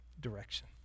direction